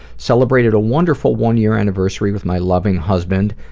celebrated a wonderful one year anniversary with my loving husband,